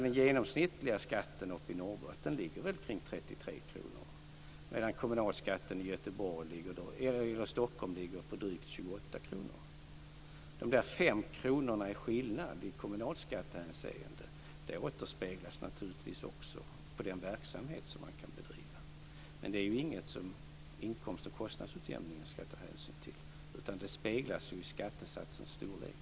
Den genomsnittliga skatten uppe i norr ligger kring 33 kr, medan kommunalskatten i Stockholm ligger på drygt 28 kr. De fem kronorna i skillnad i kommunalskattehänseende återspeglas naturligtvis också på den verksamhet som man kan bedriva, men det är ingenting som det ska tas hänsyn till i inkomst och kostnadsutjämningen, utan det speglar sig i skattesatsens storlek.